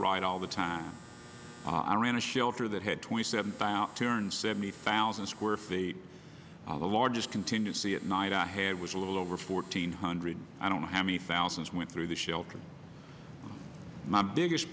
right all the time i ran a shelter that had twenty seven buyout turns seventy thousand square feet the largest contingency at night i had was a little over fourteen hundred i don't know how many thousands went through the shelter my biggest